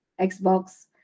Xbox